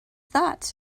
that